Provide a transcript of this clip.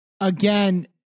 again